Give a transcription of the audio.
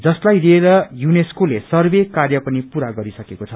जसलाई लिएर यूनेस्कोले सर्वे कार्य पनि पुरा गरिसकेको छ